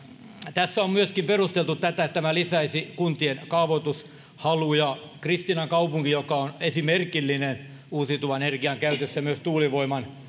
tässä on myöskin perusteltu tätä että tämä lisäisi kuntien kaavoitushaluja kristiinankaupunki joka on esimerkillinen uusiutuvan energian käytössä myös tuulivoiman